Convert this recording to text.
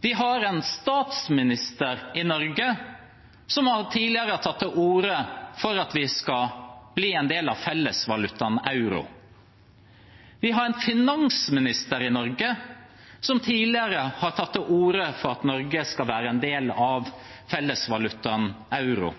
Vi har en statsminister i Norge som tidligere har tatt til orde for at vi skal bli en del av fellesvalutaen euro. Vi har en finansminister i Norge som tidligere har tatt til orde for at Norge skal være en del av fellesvalutaen euro.